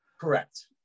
Correct